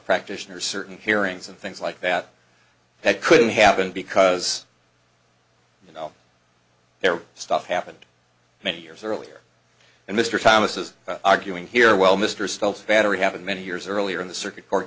practitioner certain hearings and things like that that couldn't happen because you know their stuff happened many years earlier and mr thomas is arguing here well mr stokes battery happened many years earlier in the circuit co